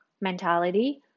mentality